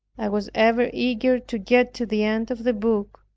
i was ever eager to get to the end of the book,